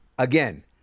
Again